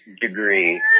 degree